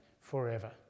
forever